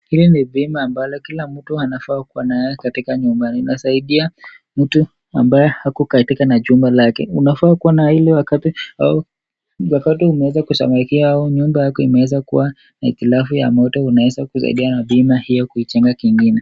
Hili ni bima ambalo kila mtu anafaa kuwa nayo katika nyumba. Inasaidia mtu ambaye ako katika na jumba lake. Unafaa kuwa nayo ili wakati unaweza kuchomekewa au nyumba hiyo inaweza kuwa na hitilafu ya moto unaweza kutumia bima hiyo kujenga kingine.